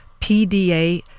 PDA